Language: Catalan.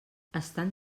estan